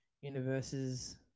universes